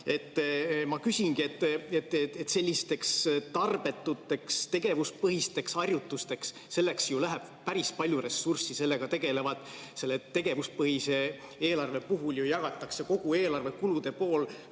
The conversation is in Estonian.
Ma küsingi, et sellisteks tarbetuteks tegevuspõhisteks harjutusteks läheb ju päris palju ressurssi, selle tegevuspõhise eelarve puhul ju jagatakse kogu eelarve kulude pool